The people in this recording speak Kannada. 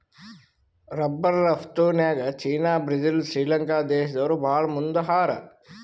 ರಬ್ಬರ್ ರಫ್ತುನ್ಯಾಗ್ ಚೀನಾ ಬ್ರೆಜಿಲ್ ಶ್ರೀಲಂಕಾ ದೇಶ್ದವ್ರು ಭಾಳ್ ಮುಂದ್ ಹಾರ